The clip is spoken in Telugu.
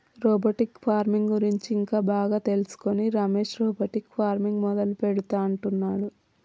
రోబోటిక్ ఫార్మింగ్ గురించి ఇంకా బాగా తెలుసుకొని రమేష్ రోబోటిక్ ఫార్మింగ్ మొదలు పెడుతా అంటున్నాడు